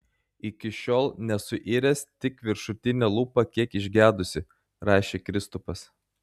iki šiol nesuiręs tik viršutinė lūpa kiek išgedusi rašė kristupas